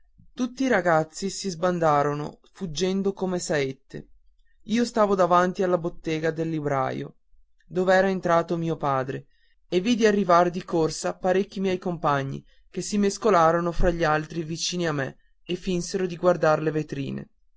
tutti i ragazzi si sbandarono fuggendo come saette io stavo davanti alla bottega del libraio dov'era entrato mio padre e vidi arrivar di corsa parecchi miei compagni che si mescolarono fra gli altri vicini a me e finsero di guardar le vetrine